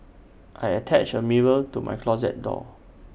I attached A mirror to my closet door